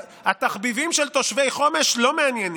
התחביבים של תושבי חומש לא מעניינים,